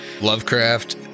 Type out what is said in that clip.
Lovecraft